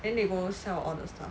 then they go sell all the stuff